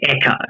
echo